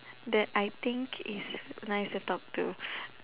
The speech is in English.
that I think is nice to talk to